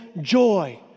joy